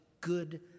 good